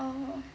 oh